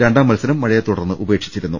രണ്ടാം മത്സരം മഴയെതുടർന്ന് ഉപേക്ഷിച്ചിരുന്നു